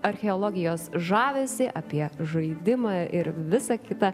archeologijos žavesį apie žaidimą ir visa kita